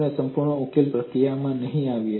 આપણે સંપૂર્ણ ઉકેલ પ્રક્રિયામાં નહીં આવીએ